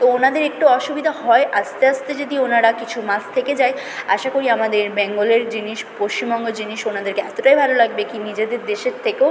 তো ওনাদের একটু অসুবিধা হয় আস্তে আস্তে যদি ওনারা কিছু মাস থেকে যায় আশা করি আমাদের বেঙ্গলের জিনিস পশ্চিমবঙ্গের জিনিস ওনাদেরকে এতোটাই ভালো লাগবে কী নিজেদের দেশের থেকেও